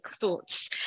thoughts